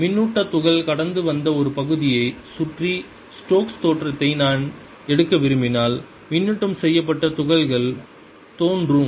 மின்னூட்ட துகள் கடந்து வந்த ஒரு பகுதியைச் சுற்றி ஸ்டோக்ஸ் Stokes' தேற்றத்தை நான் எடுக்க விரும்பினால் மின்னூட்டம் செய்யப்பட்ட துகள்கள் தோன்றும்